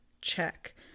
Check